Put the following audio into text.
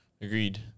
Agreed